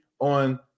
on